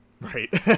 Right